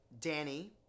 Danny